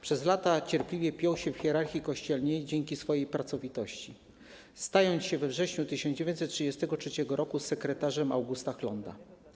Przez lata cierpliwie piął się w hierarchii kościelnej dzięki swojej pracowitości, stając się we wrześniu 1933 r. sekretarzem Augusta Hlonda.